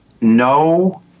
no